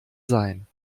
sein